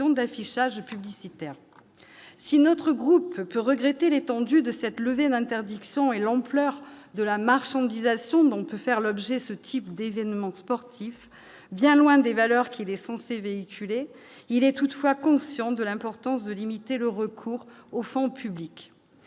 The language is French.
d'affichage publicitaire, si notre groupe peut regretter l'étendue de cette levée d'interdiction et l'ampleur de la marchandisation donc faire l'objet, ce type d'événements sportifs, bien loin des valeurs qu'il est censé véhiculer, il est toutefois conscient de l'importance de limiter le recours aux fonds publics